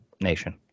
nation